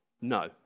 No